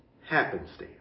happenstance